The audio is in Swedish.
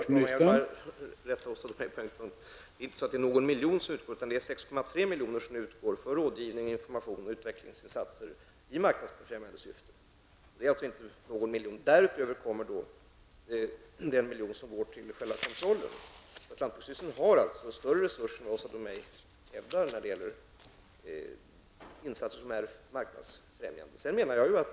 Herr talman! Jag måste rätta Åsa Domeij på en punkt. Det är inte någon miljon som utgår utan 6,3 milj.kr. för rådgivning, information och utvecklingsinsatser, dvs. i marknadsbefrämjande syfte. Därutöver kommer den miljon som går till själva kontrollen. Lantbruksstyrelsen har alltså när det gäller marknadsfrämjande insatser större resurser än vad Åsa Domeij hävdar.